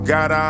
God